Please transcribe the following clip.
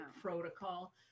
protocol